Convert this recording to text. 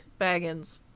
Baggins